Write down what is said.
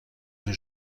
تون